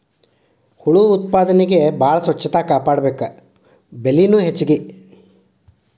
ಹುಳು ಉತ್ಪಾದನೆಗೆ ಬಾಳ ಸ್ವಚ್ಚತಾ ಕಾಪಾಡಬೇಕ, ಬೆಲಿನು ಹೆಚಗಿ